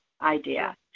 idea